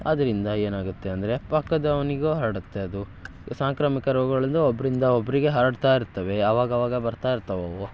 ಅದರಿಂದ ಏನಾಗುತ್ತೆ ಅಂದರೆ ಪಕ್ಕದವನಿಗೂ ಹರ್ಡುತ್ತೆ ಅದು ಸಾಂಕ್ರಾಮಿಕ ರೋಗಗಳದ್ದು ಒಬ್ಬರಿಂದ ಒಬ್ಬರಿಗೆ ಹರಡ್ತಾ ಇರ್ತವೆ ಅವಾಗವಾಗ ಬರ್ತಾ ಇರ್ತವೆ ಅವು